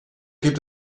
gibt